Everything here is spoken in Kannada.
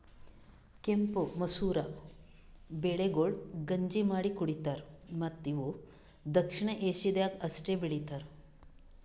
ಕೆಂಪು ಮಸೂರ ಬೆಳೆಗೊಳ್ ಗಂಜಿ ಮಾಡಿ ಕುಡಿತಾರ್ ಮತ್ತ ಇವು ದಕ್ಷಿಣ ಏಷ್ಯಾದಾಗ್ ಅಷ್ಟೆ ಬೆಳಿತಾರ್